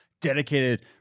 dedicated